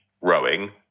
rowing